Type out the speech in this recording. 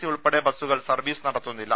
C ഉൾപ്പെടെ ബസുകൾ service നടത്തുന്നില്ല